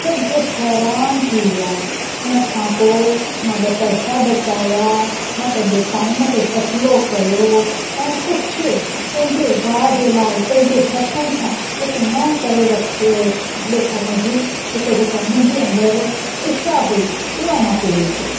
सभ हैरान थी विया उन खा पोइ मां ॿ पैसा बचाया मां पंहिंजे टाइम खे सफ़िलो कयो ऐं कुझ पंहिंजे भाउ जे लाइ पंहिंजे हथनि सा कुझु नओ करे रख ॾेखारण जी हिकु जेका मुंहिंजे अंदरु इच्छा हुई उहा मां पूरी कई